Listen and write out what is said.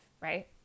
right